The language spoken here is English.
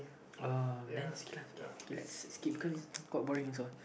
uh can let's skip because this one quite boring also